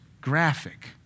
graphic